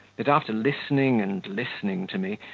that after listening and listening to me,